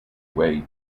way